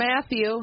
Matthew